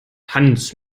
tanz